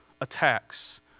attacks